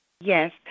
Yes